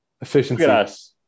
Efficiency